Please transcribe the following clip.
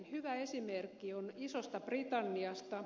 hyvä esimerkki on isosta britanniasta